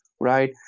Right